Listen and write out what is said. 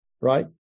right